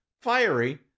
Fiery